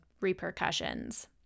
repercussions